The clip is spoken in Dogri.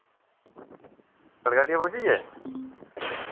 खड़गैली पुज्जी गे